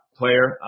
player